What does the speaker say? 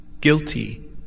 guilty